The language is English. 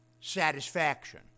satisfaction